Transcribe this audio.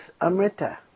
Amrita